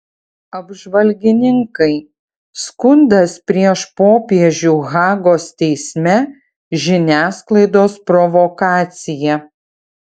apžvalgininkai skundas prieš popiežių hagos teisme žiniasklaidos provokacija